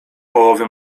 połowy